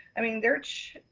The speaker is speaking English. i mean, their church,